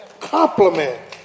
Compliment